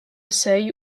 seuil